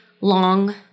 long